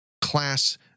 class